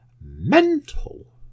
mental